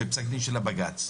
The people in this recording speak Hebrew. בפסק דין של הבג"צ.